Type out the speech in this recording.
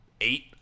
Eight